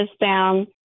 down